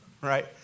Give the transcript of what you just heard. right